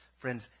friends